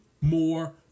more